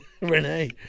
Renee